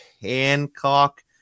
Hancock